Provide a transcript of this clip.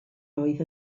oedd